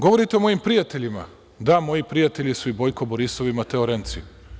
Govorite o mojim prijateljima, da moji prijatelji su i Bojko Borisov i Mateo Renci.